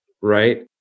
right